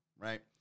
right